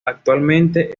actualmente